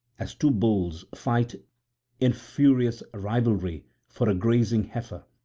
as two bulls fight in furious rivalry for a grazing heifer.